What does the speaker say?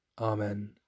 Amen